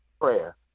prayer